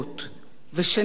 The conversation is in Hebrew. שהציבור כולו,